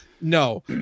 No